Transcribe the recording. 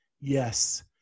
yes